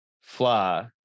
fly